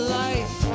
life